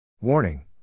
Warning